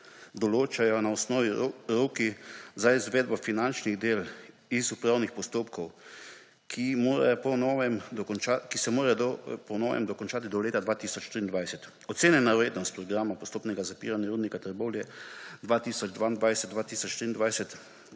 določajo na osnovi rokov za izvedbo finančnih del iz upravnih postopkov, ki se morajo po novem dokončati do leta 2023. Ocenjena vrednost programov postopnega zapiranja Rudnika Trbovlje-Hrastnik